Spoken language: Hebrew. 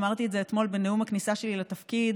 אמרתי את זה אתמול בנאום הכניסה שלי לתפקיד,